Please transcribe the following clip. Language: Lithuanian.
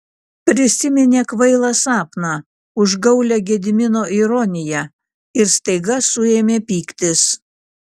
prisiminė kvailą sapną užgaulią gedimino ironiją ir staiga suėmė pyktis